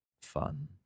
Fun